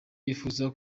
yifuza